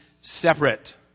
separate